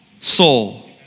soul